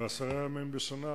ועשרה ימים בשנה,